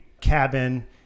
cabin